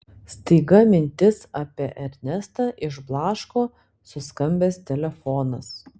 staiga mintis apie ernestą išblaško suskambęs telefonas